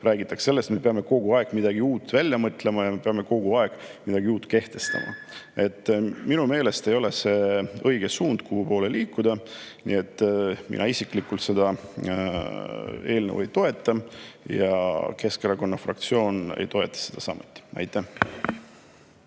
räägitakse sellest, et me peame kogu aeg midagi uut välja mõtlema ja me peame kogu aeg midagi uut kehtestama. Minu meelest ei ole see õige suund, kuhu poole liikuda. Nii et mina isiklikult seda eelnõu ei toeta ja Keskerakonna fraktsioon ei toeta seda samuti. Aitäh!